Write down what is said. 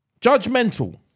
Judgmental